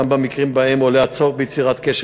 גם במקרים שבהם עולה הצורך ביצירת קשר